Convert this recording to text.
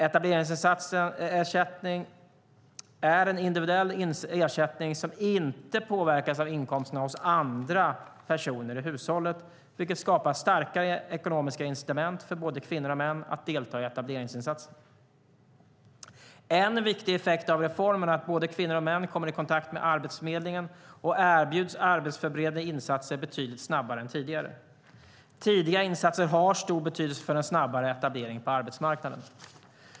Etableringsersättning är en individuell ersättning som inte påverkas av inkomsterna hos andra personer i hushållet, vilket skapar starkare ekonomiska incitament för både kvinnor och män att delta i etableringsinsatser. En viktig effekt av reformen är att både kvinnor och män kommer i kontakt med Arbetsförmedlingen och erbjuds arbetsförberedande insatser betydligt snabbare än tidigare. Tidiga insatser har stor betydelse för en snabbare etablering på arbetsmarknaden.